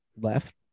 left